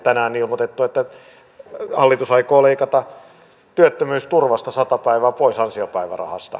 tänään on ilmoitettu että hallitus aikoo leikata työttömyysturvasta sata päivää pois ansiopäivärahasta